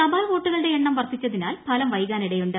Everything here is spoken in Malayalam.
തപാൽ വോട്ടുകളുടെ എണ്ണം വർദ്ധിച്ചതിനാൽ ഫലം വൈകാനിടയുണ്ട്